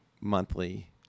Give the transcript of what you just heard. monthly